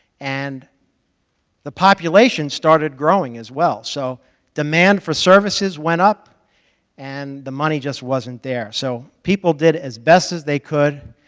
and the population started growing as well, so demand for services went up and the money just wasn't there, so people did as best as they could,